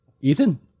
Ethan